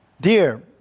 dear